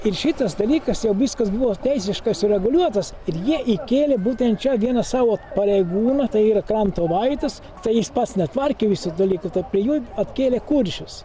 ir šitas dalykas jau viskas buvo teisiškai sureguliuotas ir jie įkėlė būtent čia vieną savo pareigūną tai yra krantovaitis tai jis pats netvarkė visų dalykų prie jo atkėlė kuršius